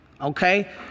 okay